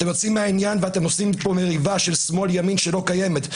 אתם יוצאים מהעניין ואתם עושים מריבה של שמאל-ימין שלא קיימת.